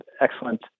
excellent